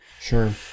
Sure